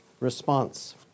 response